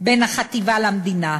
בין החטיבה למדינה.